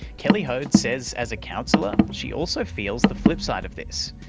kelly hoad says as a counsellor she also feels the flipside of this.